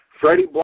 Freddie